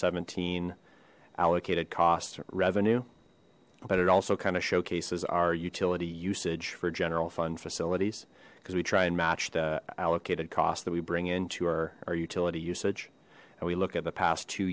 seventeen allocated cost revenue but it also kind of showcases our utility usage for general fund facilities because we try and match the allocated cost that we bring in to our utility usage and we look at the past two